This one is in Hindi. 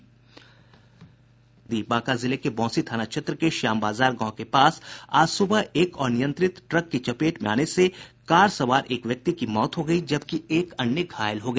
बांका जिले के बौंसी थाना क्षेत्र के श्यामबाजार गांव के पास आज सुबह एक अनियंत्रित ट्रक की चपेट में आने से कार सवार एक व्यक्ति की मौत हो गयी जबकि एक अन्य घायल हो गया